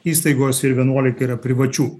įstaigos ir vienuolika yra privačių